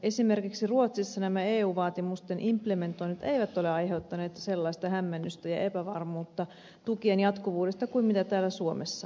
esimerkiksi ruotsissa nämä eu vaatimusten implementoinnit eivät ole aiheuttaneet sellaista hämmennystä ja epävarmuutta tukien jatkuvuudesta kuin täällä suomessa